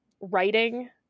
writing